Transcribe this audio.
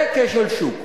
זה כשל שוק.